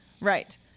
right